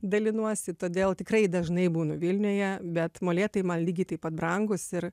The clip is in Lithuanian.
dalinuosi todėl tikrai dažnai būnu vilniuje bet molėtai man lygiai taip pat brangūs ir